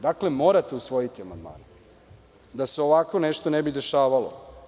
Dakle, morate usvojiti amandmane, da se ovako nešto ne bi dešavalo.